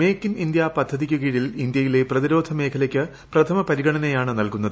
make in India പദ്ധതിയ്ക്ക് കീഴിൽ ഇന്ത്യയിലെ പ്രതിരോധ മേഖലയ്ക്ക് പ്രഥമ പരിഗണനയാണ് നൽകുന്നത്